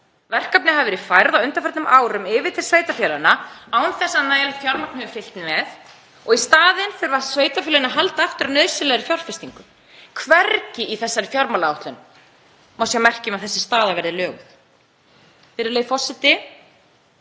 Verkefni hafa verið færð á undanförnum árum yfir til sveitarfélaganna án þess að nægjanlegt fjármagn hafi fylgt með og í staðinn þurfa sveitarfélögin að halda aftur af nauðsynlegri fjárfestingu. Hvergi í þessari fjármálaáætlun má sjá merki um að þessi staða verði löguð. Virðulegi forseti.